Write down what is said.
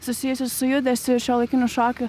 susijusius su judesiu ir šiuolaikiniu šokiu